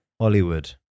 Hollywood